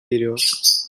veriyor